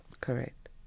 Correct